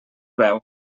veu